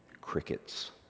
crickets